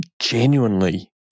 genuinely